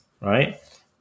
right